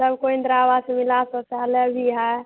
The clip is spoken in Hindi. कल को इंद्रा आवास मिला शौचालय भी है